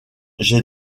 j’ai